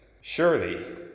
surely